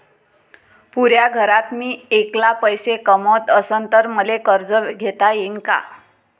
पुऱ्या घरात मी ऐकला पैसे कमवत असन तर मले कर्ज घेता येईन का?